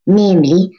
namely